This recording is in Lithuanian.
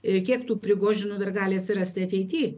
ir kiek tų prigožinų dar gali atsirasti ateity